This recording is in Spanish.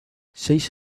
seis